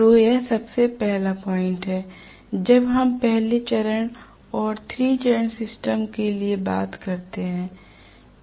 तो यह सबसे पहला पॉइंट है जब हम पहले चरण और 3 चरण सिस्टम के लिए बात करते हैं